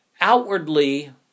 outwardly